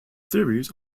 theories